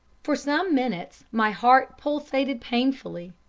for some minutes my heart pulsated painfully,